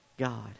God